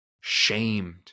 shamed